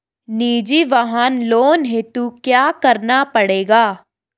निजी वाहन लोन हेतु क्या करना पड़ेगा?